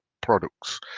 products